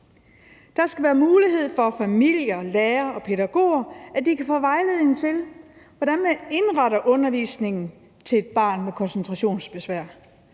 Der skal være mulighed for familier, lærere og pædagoger for at få vejledning til, hvordan man indretter undervisningen til et barn med koncentrationsbesvær;